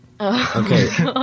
Okay